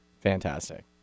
Fantastic